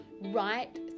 right